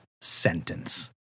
sentence